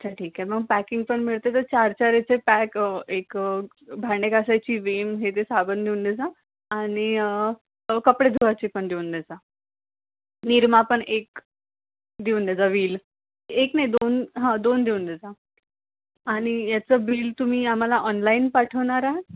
अच्छा ठीक आहे मग पॅकिंग पण मिळते तर चारचारचे पॅक एक भांडे घासायची विम हे ते साबण देऊन देज आणि कपडे धुवायचे पण देऊन देजा निरमा पण एक देऊन देजा व्हिल एक नाही दोन हा दोन देऊन देचा आणि याचं बिल तुम्ही आम्हाला ऑनलाईन पाठवणार आहात